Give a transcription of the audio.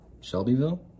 shelbyville